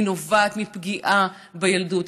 היא נובעת מפגיעה בילדות,